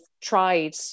tried